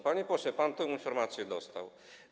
Panie pośle, pan tę informację dostał.